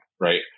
right